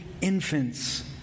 infants